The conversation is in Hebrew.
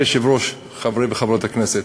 אדוני היושב-ראש, חברי וחברות הכנסת,